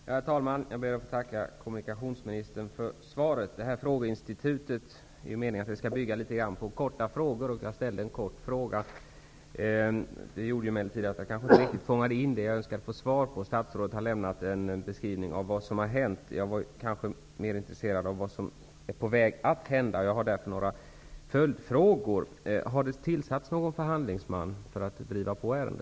Herr talman! Jag ber att få tacka kommunikationsministern för svaret. Meningen med riksdagens frågeinstitut är ju att det skall vara korta frågor. Jag ställde också en kort fråga. Det gjorde emellertid att jag kanske inte riktigt fångade in det som jag önskade få besked om. Statsrådet har lämnat en beskrivning av vad som har hänt. Men jag var nog mera intresserad av att få höra vad som är på väg att hända.